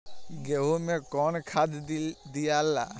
गेहूं मे कौन खाद दियाला?